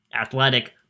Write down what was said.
athletic